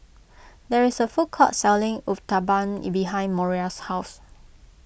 there is a food court selling Uthapam behind Moriah's house